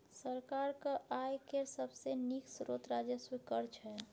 सरकारक आय केर सबसे नीक स्रोत राजस्व कर छै